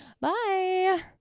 bye